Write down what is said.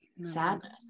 sadness